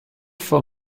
for